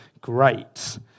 great